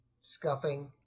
scuffing